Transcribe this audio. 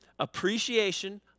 appreciation